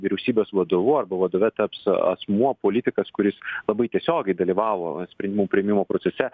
vyriausybės vadovu arba vadove taps asmuo politikas kuris labai tiesiogiai dalyvavo sprendimų priėmimo procese